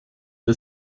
bei